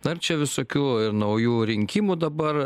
na ir čia visokių ir naujų rinkimų dabar